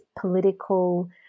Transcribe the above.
political